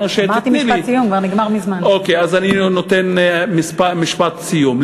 אני נותן משפט סיום.